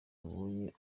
abonye